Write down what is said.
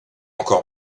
encore